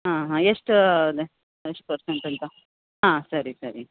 ಹಾಂ ಹಾಂ ಎಷ್ಟು ಅದೇ ಎಷ್ಟು ಪರ್ಸೆಂಟ್ ಅಂತ ಹಾಂ ಸರಿ ಸರಿ